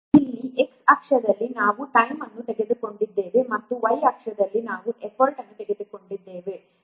ಇಲ್ಲಿ x ಅಕ್ಷದಲ್ಲಿ ನಾವು ಟೈಮ್ ಅನ್ನು ತೆಗೆದುಕೊಂಡಿದ್ದೇವೆ ಮತ್ತು y ಅಕ್ಷದಲ್ಲಿ ನಾವು ಎಫರ್ಟ್ ಅನ್ನು ತೆಗೆದುಕೊಂಡಿದ್ದೇವೆ